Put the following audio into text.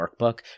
Workbook